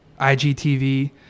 IGTV